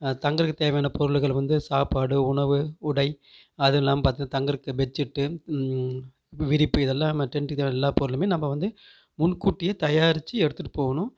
தங்கறதுக்கு தேவையான பொருள்கள் வந்து சாப்பாடு உணவு உடை அது இல்லாம பார்த்தா தங்கறதுக்கு பெட்ஷீட்டு வி விரிப்பு இது எல்லாம் நம்ம டென்டுக்கு தேவையான எல்லாப் பொருளும் நம்ம வந்து முன்கூட்டியே தயாரித்து எடுத்துகிட்டுப் போகணும்